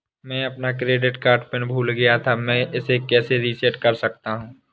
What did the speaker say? मैं अपना credit card PIN भूल गया था मैं इसे कैसे रीसेट कर सकता हूँ?